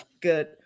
good